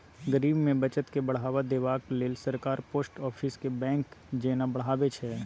गरीब मे बचत केँ बढ़ावा देबाक लेल सरकार पोस्ट आफिस केँ बैंक जेना बढ़ाबै छै